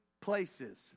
places